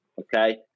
Okay